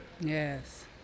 Yes